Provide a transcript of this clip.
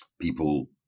people